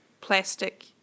plastic